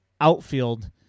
outfield